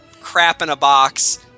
crap-in-a-box